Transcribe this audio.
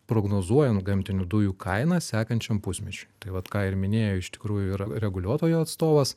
prognozuojant gamtinių dujų kainas sekančiam pusmečiui tai vat ką ir minėjo iš tikrųjų ir reguliuotojo atstovas